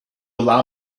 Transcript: allow